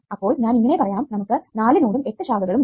അപ്പോൾ ഞാൻ ഇങ്ങനെ പറയാം നമുക്ക് നാല് നോഡും എട്ടു ശാഖകളും ഉണ്ട്